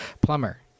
plumber